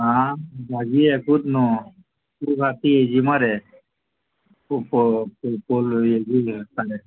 आं भाजी एकूत न्हू तूं बाकी हेजी मरे